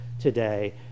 today